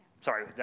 sorry